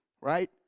right